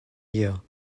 year